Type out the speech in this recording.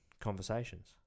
conversations